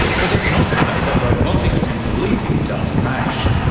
but that's not to say that robotics and policing don't match.